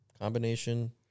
combination